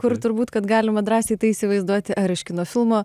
kur turbūt kad galima drąsiai tai įsivaizduoti ar iš kino filmo